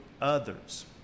others